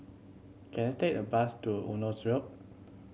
can I take a bus to Eunos Road